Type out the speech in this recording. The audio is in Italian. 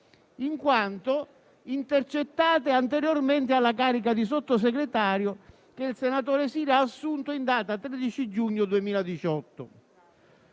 in quanto intercettate anteriormente alla carica di Sottosegretario che il senatore Siri ha assunto in data 13 giugno 2018.